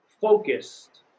focused